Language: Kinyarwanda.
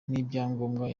n’ibyangombwa